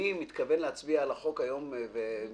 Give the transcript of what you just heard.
אני מתכוון להצביע היום על הצעת החוק.